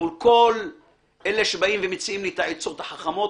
מול כל אלה שבאים ומציעים לי את העצות החכמות,